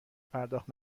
پرداخت